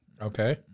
Okay